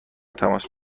تماس